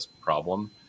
problem